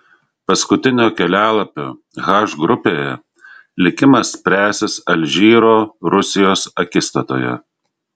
paskutinio kelialapio h grupėje likimas spręsis alžyro rusijos akistatoje